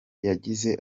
yagize